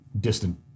distant